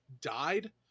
died